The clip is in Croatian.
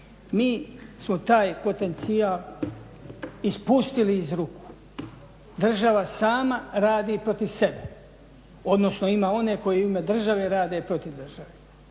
Mi smo taj potencijal ispustili iz ruku, država sama radi protiv sebe, odnosno ima one koji u ime države rade protiv države